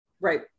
Right